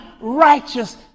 righteous